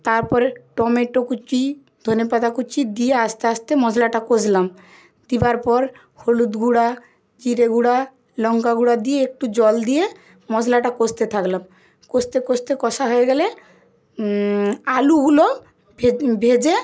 তারপরে টমেটো কুচি ধনেপাতা কুচি দিয়ে আস্তে আস্তে মশলাটা কষলাম দেওয়ার পর হলুদ গুঁড়ো জিরে গুঁড়ো লঙ্কা গুঁড়ো দিয়ে একটু জল দিয়ে মশলাটা কষতে থাকলাম কষতে কষতে কষা হয়ে গেলে আলুগুলো ভেজে